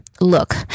Look